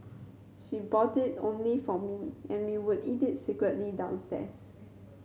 she bought it only for me and we would eat it secretly downstairs